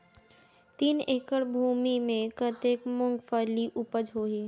तीन एकड़ भूमि मे कतेक मुंगफली उपज होही?